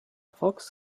fox